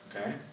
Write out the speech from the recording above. okay